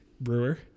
brewer